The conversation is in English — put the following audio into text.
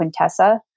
Quintessa